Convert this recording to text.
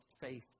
faith